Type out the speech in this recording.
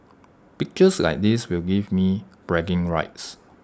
pictures like this will give me bragging rights